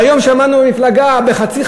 והיום שמענו מפלגה בחצי,